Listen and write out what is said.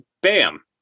bam